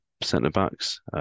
centre-backs